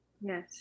Yes